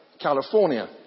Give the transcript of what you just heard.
California